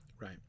Right